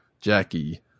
Jackie